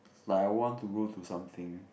like I want to go to something